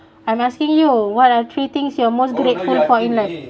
I'm asking you what are three things you're most grateful for in life